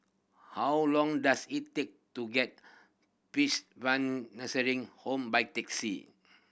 how long does it take to get Nursing Home by taxi